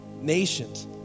nations